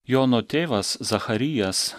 jono tėvas zacharijas